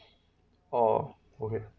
orh okay